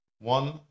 one